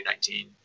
2019